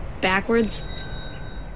backwards